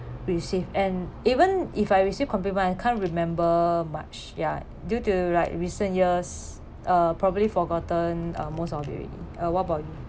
receive and even if I receive compliment I can't remember much ya due to like recent years uh probably forgotten uh most of it already uh what about you